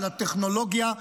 של הטכנולוגיה,